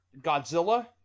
Godzilla